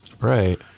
Right